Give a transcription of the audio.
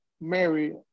Mary